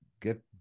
get